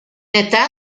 età